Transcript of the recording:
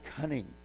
cunning